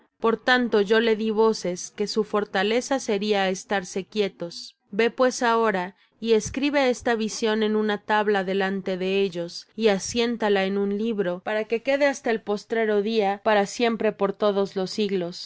por tanto yo le dí voces que su fortaleza sería estarse quietos ve pues ahora y escribe esta visión en una tabla delante de ellos y asiéntala en un libro para que quede hasta el postrero día para siempre por todos los siglos